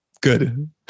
Good